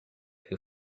who